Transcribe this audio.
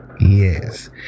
Yes